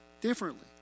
differently